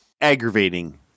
aggravating